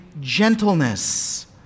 gentleness